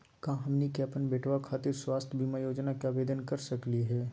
का हमनी के अपन बेटवा खातिर स्वास्थ्य बीमा योजना के आवेदन करे सकली हे?